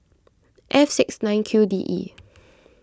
F six nine Q D E